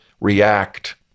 react